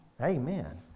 Amen